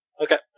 Okay